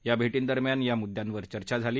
या भेटींदरम्यान या मुद्यावर चर्चा झाली